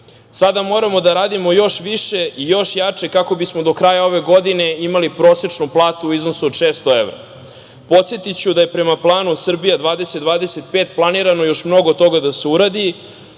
moramo da radimo još više i još jače, kako bismo do kraja ove godine imali prosečnu platu u iznosu od 600 evra. Podsetiću da je prema planu Srbija 2025. planirano još mnogo toga da se uradi,